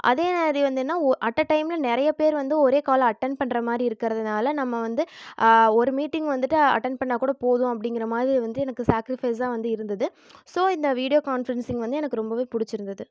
அதேமாதிரி வந்து என்னென்னா ஒ அட்டை டைம்ல நிறையா பேர் வந்து ஒரே காலில் அட்டென்ட் பண்ணுறமாரி இருக்கிறதுனால நம்ம வந்து ஒரு மீட்டிங் வந்துவிட்டு அட்டென்ட் பண்ணால் கூட போதும் அப்படிங்கிற மாதிரி வந்து எனக்கு சாக்ரிஃபைஸ்ஸாக வந்து இருந்துது ஸோ இந்த வீடியோ கான்ஃப்ரென்ஸிங் வந்து எனக்கு ரொம்பவே பிடிச்சிருந்தது